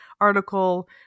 article